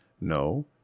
No